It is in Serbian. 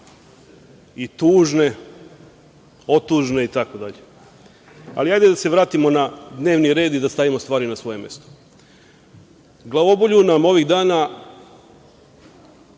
i tužne, otužne itd. Ali, hajde da se vratimo na dnevni red i da stavimo stvari na svoje mesto. Glavobolju nam ovih dana